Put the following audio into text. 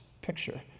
picture